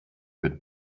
mit